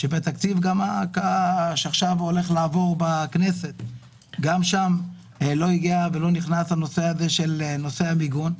בתקציב שהולך לעבור בכנסת לא נכנס נושא המיגון.